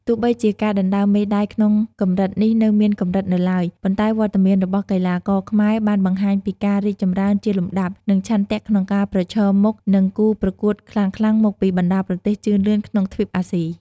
ទោះបីជាការដណ្តើមមេដាយក្នុងកម្រិតនេះនៅមានកម្រិតនៅឡើយ ប៉ុន្តែវត្តមានរបស់កីឡាករខ្មែរបានបង្ហាញពីការរីកចម្រើនជាលំដាប់ និងឆន្ទៈក្នុងការប្រឈមមុខនឹងគូប្រកួតខ្លាំងៗមកពីបណ្តាប្រទេសជឿនលឿនក្នុងទ្វីបអាស៊ី ។